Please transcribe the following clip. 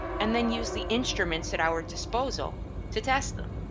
and then use the instruments at our disposal to test them.